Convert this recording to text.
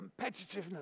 competitiveness